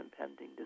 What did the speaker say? impending